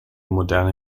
moderne